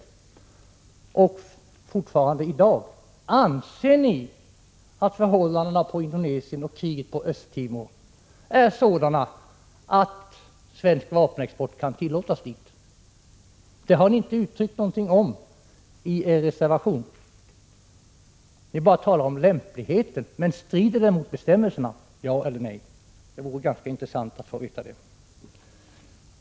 Anser ni fortfarande att förhållandena i Indonesien och kriget på Östtimor är sådana att svensk vapenexport kan tillåtas dit? Ni nämner inte det i er reservation, utan ni talar bara om lämpligheten. Strider exporten mot bestämmelserna? Ja eller nej? Det vore ganska intressant att få veta det.